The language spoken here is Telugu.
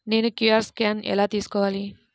నేను క్యూ.అర్ స్కాన్ ఎలా తీసుకోవాలి?